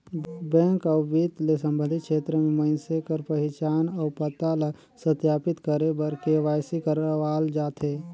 bank अउ बित्त ले संबंधित छेत्र में मइनसे कर पहिचान अउ पता ल सत्यापित करे बर के.वाई.सी करवाल जाथे